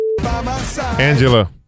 Angela